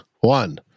One